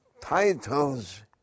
titles